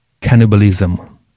cannibalism